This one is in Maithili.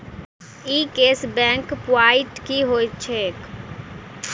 ई कैश बैक प्वांइट की होइत छैक?